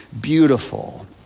beautiful